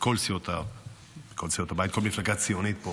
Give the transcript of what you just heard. מכל סיעות הבית, כל מפלגה ציונית פה